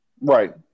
Right